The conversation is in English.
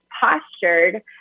postured